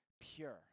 pure